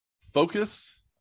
focus